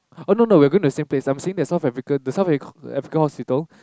oh no no we're going to the same place I'm saying the South Africa the South Africa Hospital